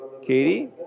Katie